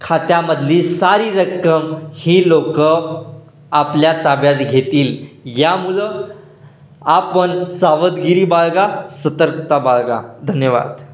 खात्यामधली सारी रक्कम ही लोक आपल्या ताब्यात घेतील यामुळं आपण सावधगिरी बाळगा सतर्कता बाळगा धन्यवाद